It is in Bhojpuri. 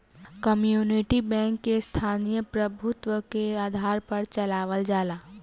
कम्युनिटी बैंक के स्थानीय प्रभुत्व के आधार पर चलावल जाला